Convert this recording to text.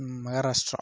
Maharashtra